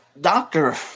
doctor